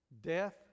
death